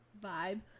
vibe